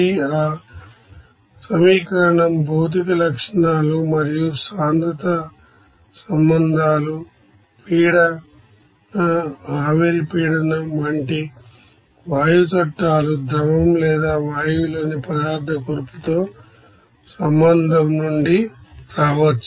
ఆ equation physical properties మరియు density relations gas laws pressure vapour pressure వంటి వాయువులోని పదార్థాల కూర్పుతో సంబంధం నుండి రావచ్చు